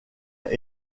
mère